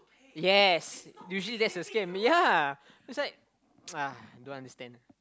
yes usually that's a scam ya it's like ah don't understand